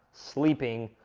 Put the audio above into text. sleeping,